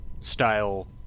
style